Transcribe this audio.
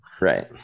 right